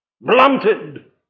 Blunted